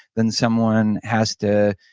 then someone has to